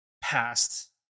past